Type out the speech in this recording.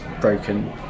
broken